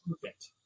Perfect